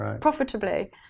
profitably